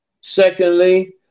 Secondly